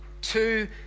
two